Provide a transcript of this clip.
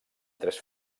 tres